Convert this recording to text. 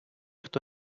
хто